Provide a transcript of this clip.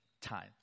time